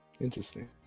Interesting